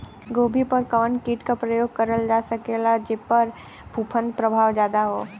गोभी पर कवन कीट क प्रयोग करल जा सकेला जेपर फूंफद प्रभाव ज्यादा हो?